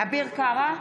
אביר קארה,